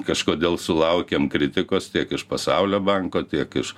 kažkodėl sulaukiam kritikos tiek iš pasaulio banko tiek iš